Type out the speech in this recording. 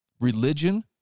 Religion